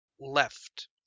left